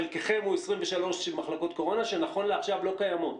חלקכם הוא 23 מחלקות קורונה שנכון לעכשיו לא קיימות?